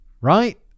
right